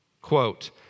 Quote